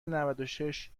نودوشش